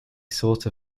sort